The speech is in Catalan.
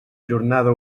jornada